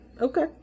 Okay